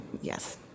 Yes